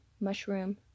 mushroom